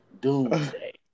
doomsday